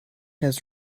has